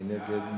מי נגד?